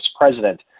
president